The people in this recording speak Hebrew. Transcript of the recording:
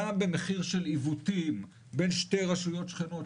גם במחיר של עיוותים בין שתי רשויות שכנות,